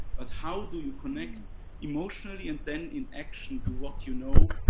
but how do you connect emotionally and then in action to what you know?